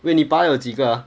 wait 你扒了几个 ah